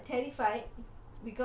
but I was so